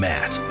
Matt